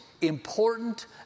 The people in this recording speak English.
important